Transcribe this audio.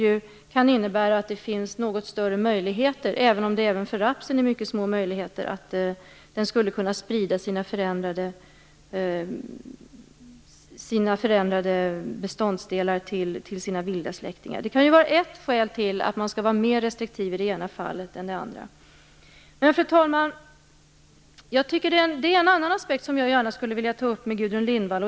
Det kan innebära att det finns något större möjligheter, även om de fortfarande är mycket små, för rapsen att sprida sina förändrade beståndsdelar till sina vilda släktingar. Det kan vara ett skäl till att man skall vara mer restriktiv i det ena fallet än i det andra. Fru talman! Det finns en annan aspekt som jag gärna skulle vilja ta upp med Gudrun Lindvall.